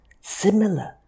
similar